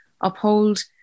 uphold